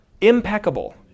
impeccable